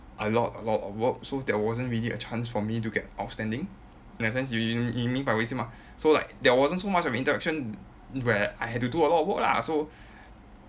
a lot a lot of work so there wasn't really a chance for me to get outstanding in that sense you you 你明白我的意思吗 so like there wasn't so much of interaction where I had to do a lot of work lah so